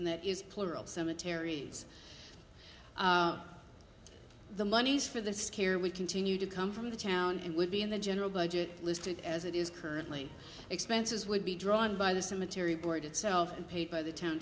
and plural cemeteries the monies for the scare we continue to come from the town and would be in the general budget listed as it is currently expenses would be drawn by the cemetery board itself and paid by the town